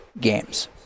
games